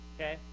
Okay